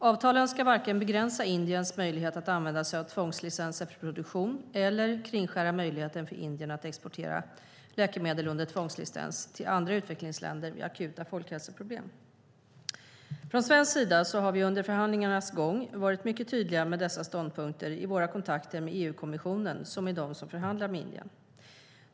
Avtalen ska varken begränsa Indiens möjlighet att använda sig av tvångslicenser för produktion eller kringskära möjligheten för Indien att exportera läkemedel under tvångslicens till andra utvecklingsländer vid akuta folkhälsoproblem. Från svensk sida har vi under förhandlingarnas gång varit mycket tydliga med dessa ståndpunkter i våra kontakter med EU-kommissionen, som är de som förhandlar med Indien.